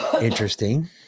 Interesting